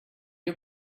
you